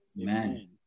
Amen